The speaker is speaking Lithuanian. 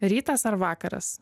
rytas ar vakaras